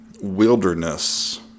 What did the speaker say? Wilderness